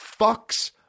fucks